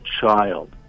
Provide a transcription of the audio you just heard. child